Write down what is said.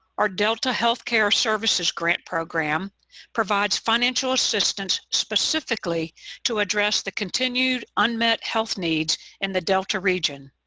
our delta healthcare services grant program provides financial assistance specifically to address the continued unmet health needs in the delta region.